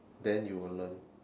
then you will learn